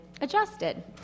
adjusted